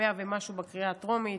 100 ומשהו בקריאה הטרומית.